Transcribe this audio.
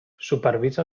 supervisa